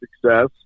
success